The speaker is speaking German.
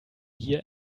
hier